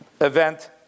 event